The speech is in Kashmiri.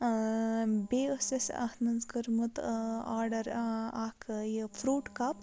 بیٚیہِ ٲس اَسہِ اَتھ منٛز کٔرمُت آرڈَر اَکھ یہِ فروٗٹ کَپ